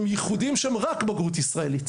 שהם ייחודיים ויש להם רק בגרות ישראלית.